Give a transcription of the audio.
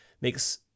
makes